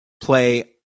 play